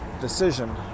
decision